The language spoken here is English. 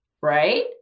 Right